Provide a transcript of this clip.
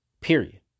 period